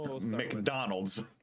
McDonald's